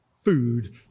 food